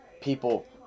people